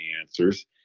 answers